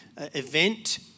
event